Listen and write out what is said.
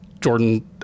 Jordan